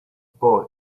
boy